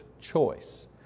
choice